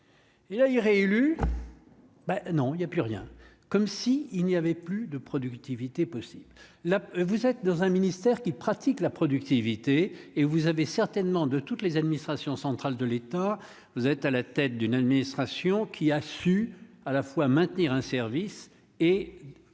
Il a, il est réélu. Ben non, il y a plus rien, comme si il n'y avait plus de productivité possible, là vous êtes dans un ministère qui pratique la productivité et vous avez certainement de toutes les administrations centrales de l'État, vous êtes à la tête d'une administration qui a su à la fois maintenir un service et